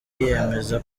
yemeza